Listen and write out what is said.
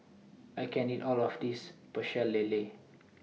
I can't eat All of This Pecel Lele